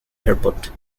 airport